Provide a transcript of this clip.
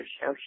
show